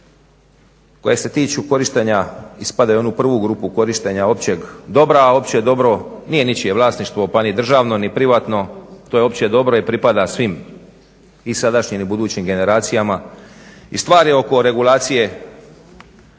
koje se tiču korištenja i spadaju u onu prvu grupu korištenja općeg dobra. A opće dobro nije ničije vlasništvo pa ni državno ni privatno, to je opće dobro i pripada svim i sadašnjim i budućim generacijama. I stvar je oko regulacije,